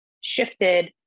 shifted